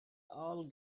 all